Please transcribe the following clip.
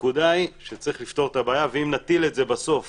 הנקודה היא שצריך לפתור את הבעיה ואם נטיל את זה בסוף